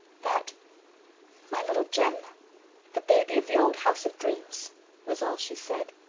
that my little jem the baby of the old house of dreams was all she said.